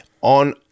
on